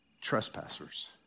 trespassers